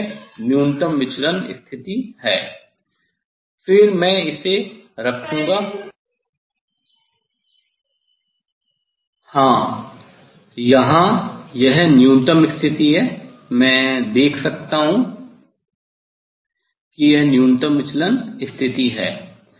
हां यहां यह न्यूनतम स्थिति है मैं देख सकता हूं कि यह न्यूनतम विचलन स्थिति है